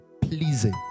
pleasing